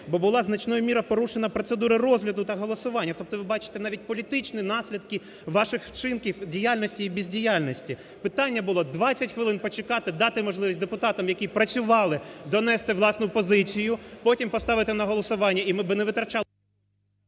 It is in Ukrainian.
бо була значною мірою порушена процедура розгляду та голосування. Тобто ви бачите навіть політичні наслідки ваших вчинків діяльності і бездіяльності. Питання було 20 хвилин почекати, дати можливість депутатам, які працювали, донести власну позицію, потім поставити на голосування і ми б не витрачали…